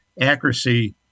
accuracy